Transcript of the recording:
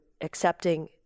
accepting